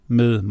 med